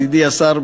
ידידי השר,